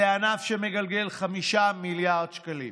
זה ענף שמגלגל 5 מיליארד שקלים.